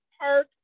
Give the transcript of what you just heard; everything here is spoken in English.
park